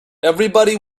everybody